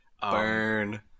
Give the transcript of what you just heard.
Burn